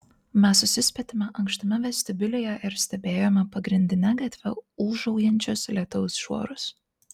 mes susispietėme ankštame vestibiulyje ir stebėjome pagrindine gatve ūžaujančius lietaus šuorus